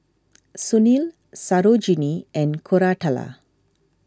Sunil Sarojini and Koratala